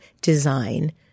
design